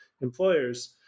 employers